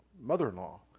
mother-in-law